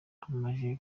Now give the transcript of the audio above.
agamije